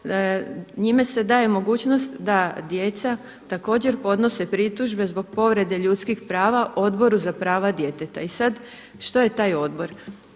njime se daje mogućnost da djeca također podnose pritužbe zbog povrede ljudskih prava Odboru za prava djeteta. I sad što je taj odbor?